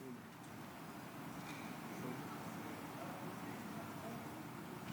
תגיד, איך אתה עושה דף יומי על פורים בט"ו בשבט?